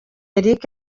eric